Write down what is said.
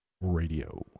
Radio